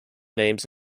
names